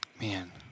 man